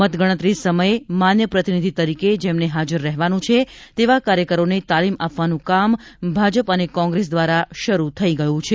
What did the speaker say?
મતગણતરી સમયે માન્ય પ્રતિનિધિ તરીકે જેમને હાજર રહેવાનું છે તેવા કાર્યકરોને તાલીમ આપવાનું કામ ભાજપ અને કોંગ્રેસ દ્વારા શરૂ થઇ ગયું છે